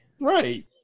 Right